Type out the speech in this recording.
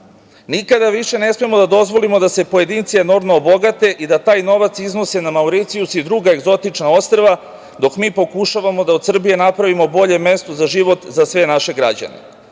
više ne smemo da dozvolimo da se pojedinci enormno obogate i da taj novac iznose na Mauricijus i druga egzotična ostrva, dok mi pokušavamo da od Srbije napravimo bolje mesto za život za sve naše građane. Ne